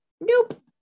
nope